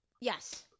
Yes